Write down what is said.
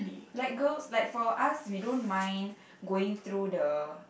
like girls like for us we don't mind going through the